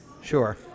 sure